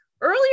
earlier